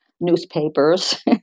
newspapers